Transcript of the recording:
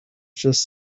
just